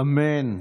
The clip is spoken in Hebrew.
אמן.